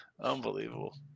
Unbelievable